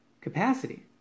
capacity